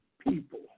people